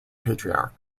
patriarch